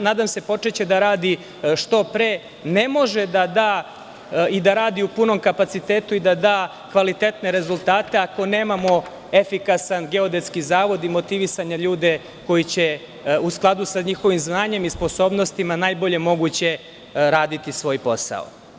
nadam se da će početi da radi što pre, ne može da radi u punom kapacitetu i da da kvalitetne rezultate, ako nemamo efikasan Geodetski zavod i motivisanje ljudi koji će u skladu sa njihovim znanjem i sposobnostima najbolje moguće raditi svoj posao.